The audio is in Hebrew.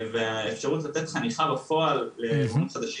האפשרות לתת חניכה בפועל למורים חדשים,